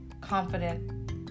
confident